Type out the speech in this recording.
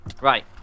Right